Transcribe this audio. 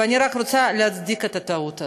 ואני רק רוצה להצדיק את הטעות הזאת.